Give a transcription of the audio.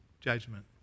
judgment